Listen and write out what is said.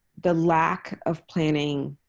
the lack of planning